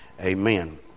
amen